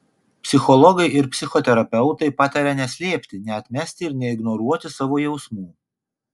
psichologai ir psichoterapeutai pataria neslėpti neatmesti ir neignoruoti savo jausmų